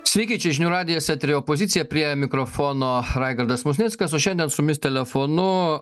sveiki čia žinių radijas eteryje opozicija prie mikrofono raigardas musnickas o šiandien su jumis telefonu